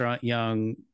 Young